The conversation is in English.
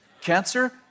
Cancer